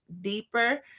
deeper